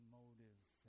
motives